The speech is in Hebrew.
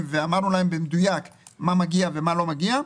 ואמרנו להם במדויק מה מגיע ומה לא מגיע,